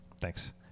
Thanks